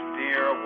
dear